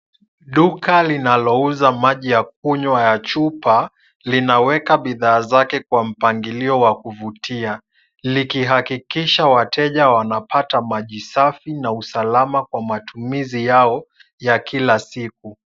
Duka linalouza maji ya kunywa ya chupa, linaweka bidhaa zake kwa mpangilio wa kuvutia, likihakikisha wateja wanapata maji safi na usalama kwa matumizi yao ya klila siku.